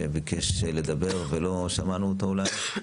שביקש לדבר ולא שמענו אותו אולי?